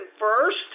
first